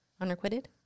unrequited